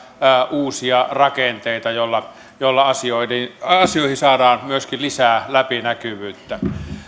uusia rakenteita joilla joilla asioihin asioihin saadaan myöskin lisää läpinäkyvyyttä